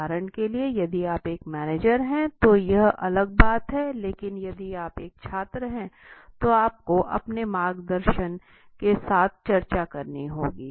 उदाहरण के लिए यदि आप एक मैनेजर हैं तो यह अलग बात है लेकिन यदि आप एक छात्र हैं तो आपको अपने मार्गदर्शक के साथ चर्चा करनी होगी